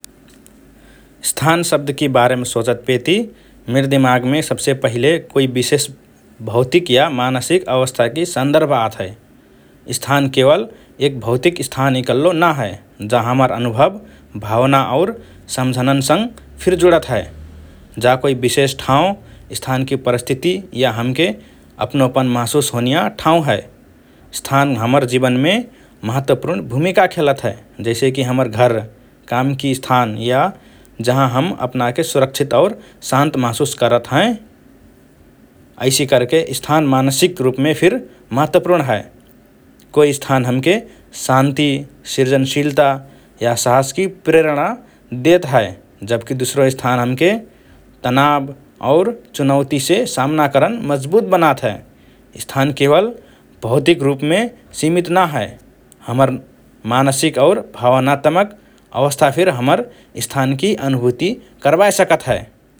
“स्थान” शब्दकि बारेम सोचतपेति मिर दिमागमे सबसे पहिले कोइ विशेष भौतिक या मानसिक अवस्थाकि सन्दर्भ आत हए । स्थान केवल एक भौतिक स्थान इकल्लो ना हए, जा हमर अनुभव, भावना और सम्झनान्सँग फिर जुडत हए । जा कोइ विशेष ठांव, स्थानकी परिस्थिति या हमके अपनोपन महसुस होनिया ठांव हए । स्थान हमर जीवनमे महत्वपूर्ण भूमिका खेलत हए जैसेकि हमर घर, कामकि स्थान या जहाँ हम अपनाके सुरक्षित और शान्त महसुस करत हएँ । ऐसि करके, स्थान मानसिक रुपमे फिर महत्वपूर्ण हए । कोइ स्थान हमके शान्ति, सृजनशीलता या साहसकि प्रेरणा देत हए जबकि दुसरो स्थान हमके तनाव और चुनौतिसे सामना करन मजबुत बनात हए । स्थान केवल भौतिक रुपमे सिमित ना हए, हमर मानसिक और भावनात्मक अवस्था फिर हमर “स्थान” कि अनुभूति करबाए सकत हए ।